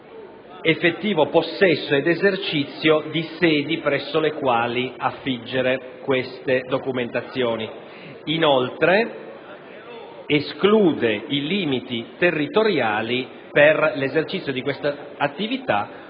dall'effettivo possesso ed esercizio di sedi presso le quali affiggere queste documentazioni. Inoltre esclude i limiti territoriali per l'esercizio di questa attività,